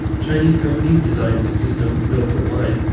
chinese companies designed the system, built the line,